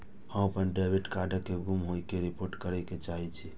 हम अपन debit card के गुम होय के रिपोर्ट करे के चाहि छी